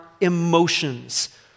emotions